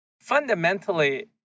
fundamentally